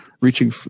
reaching